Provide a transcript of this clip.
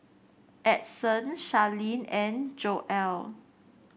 Edson Sharleen and Joelle